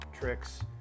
tricks